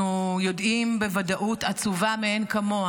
אנחנו יודעים בוודאות עצובה מאין כמוה